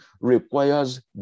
requires